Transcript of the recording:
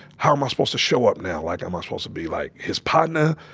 how am i supposed to show up now? like am i supposed to be like his partner?